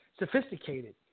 sophisticated